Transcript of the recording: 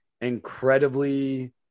incredibly